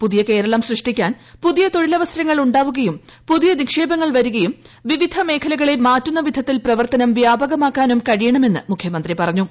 പുതിയ കേരളം സൃഷ്ടിക്കാൻ പുതിയ തൊഴിലവസരങ്ങൾ ഉണ്ടാവുകയും പുതിയ നിക്ഷേപങ്ങൾ വരികയും വിവിധ മേഖലകളെ മാറ്റുന്ന വിധത്തിൽ പ്രവർത്തനം വ്യാപകമാക്കാനും കഴിയണമെന്ന് മുഖ്യമന്ത്രി പറഞ്ഞു